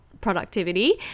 productivity